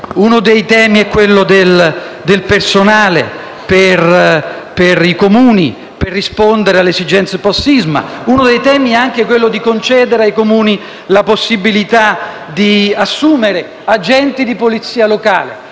uno dei temi è quello del personale per i Comuni, per rispondere alle esigenze *post* sisma. Uno dei temi è anche quello di concedere ai Comuni la possibilità di assumere agenti di polizia locale